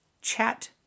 Chat